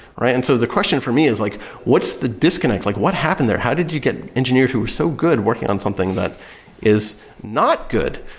right? and so the question for me is like what's the disconnect? like what happened there? how did you get engineer who were so good working on something that is not good,